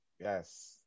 yes